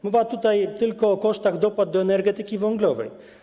Mowa tutaj tylko o kosztach dopłat do energetyki węglowej.